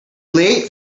late